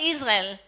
Israel